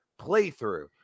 playthrough